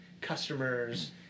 customers